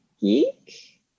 Geek